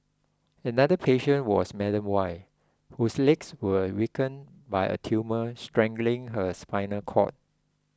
another patient was Madam Y whose legs were weakened by a tumour strangling her spinal cord